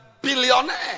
billionaire